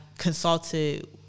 Consulted